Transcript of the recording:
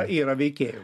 yra veikėjų